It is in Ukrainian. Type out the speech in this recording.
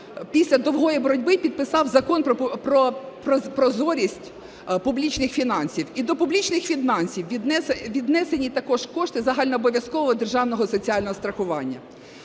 після довгої боротьби підписав Закон про прозорість публічних фінансів. І до публічних фінансів віднесені також кошти загальнообов'язкового державного соціального страхування.